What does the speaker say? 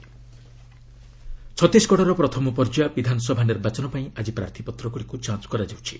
Chhattisgarh scrutiny ଛତିଶଗଡର ପ୍ରଥମ ପର୍ଯ୍ୟାୟ ବିଧାନସଭା ନିର୍ବାଚନ ପାଇଁ ଆଜି ପ୍ରାର୍ଥୀପତ୍ରଗୁଡ଼ିକୁ ଯାଞ୍ଚ କରାଯାଉଛି